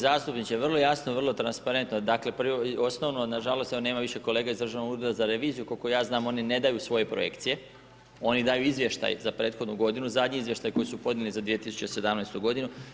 Uvaženi zastupniče, vrlo jasno, i vrlo transparentno, dakle, prvo i osnovno, nažalost evo nema više kolega iz Državnog ureda za reviziju, kol'ko ja znam oni ne daju svoje projekcije, oni daju Izvještaj za prethodnu godinu, zadnji Izvještaj koji su podnijeli za 2017. godinu.